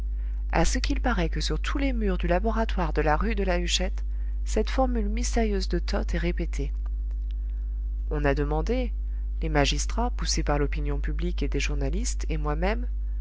a ce qu'il paraît que sur tous les murs du laboratoire de la rue de la huchette cette formule mystérieuse de toth est répétée on a demandé les magistrats poussés par l'opinion publique et des journalistes et moi-même